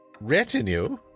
Retinue